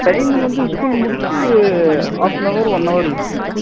train வந்து school முடிச்சி half an hour one hour இருக்கும்ங்க சார்